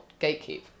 gatekeep